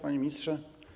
Panie Ministrze!